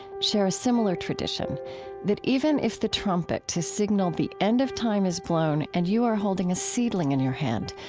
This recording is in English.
share a similar tradition that even if the trumpet to signal the end of time is blown and you are holding a seedling in your hand,